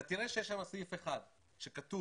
אתה תראה שיש שם סעיף אחד בו כתוב